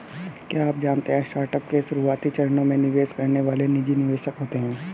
क्या आप जानते है स्टार्टअप के शुरुआती चरणों में निवेश करने वाले निजी निवेशक होते है?